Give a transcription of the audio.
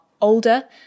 older